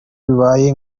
bibaye